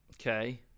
Okay